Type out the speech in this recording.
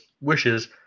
wishes